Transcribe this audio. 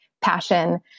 passion